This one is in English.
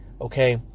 okay